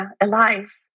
alive